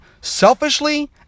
selfishly